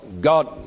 God